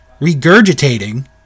regurgitating